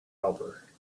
helper